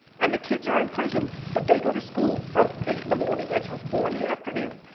and the kids are in prison, but they go to school from eight in the morning until four in the afternoon.